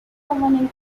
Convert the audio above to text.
governing